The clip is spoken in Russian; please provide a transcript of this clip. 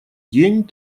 день